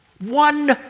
One